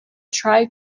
tri